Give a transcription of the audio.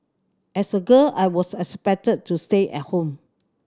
as a girl I was expected to stay at home